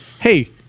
hey